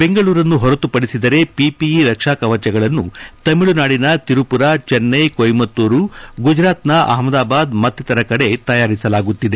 ಬೆಂಗಳೂರನ್ನು ಹೊರತು ಪಡಿಸಿದರೆ ಪಿಪಿಇ ರಕ್ಷಾ ಕವಚಗಳನ್ನು ತಮಿಳುನಾಡಿನ ತಿರುಮರ ಚೆನ್ನೆ ಕೊಯಮುತ್ತೂರು ಗುಜರಾತಿನ ಆಪಮ್ನದಾಬಾದ್ ಮಕ್ತಿತರ ಕಡೆ ತಯಾರಿಸಲಾಗುತ್ತಿದೆ